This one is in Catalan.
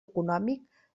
econòmic